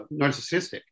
narcissistic